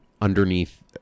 underneath